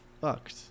fucked